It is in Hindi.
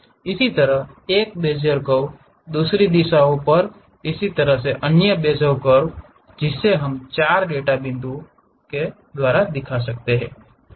इसी तरह एक और बेजियर कर्व दूसरे दिशाओं पर इसी तरह का एक अन्य बेजियर कर्व जिसमें हमारे 4 डेटा बिंदु हैं